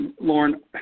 Lauren